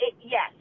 yes